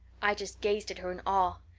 i just gazed at her in awe.